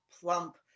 plump